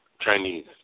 Chinese